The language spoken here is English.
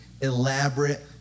elaborate